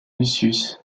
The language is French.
lucius